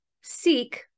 seek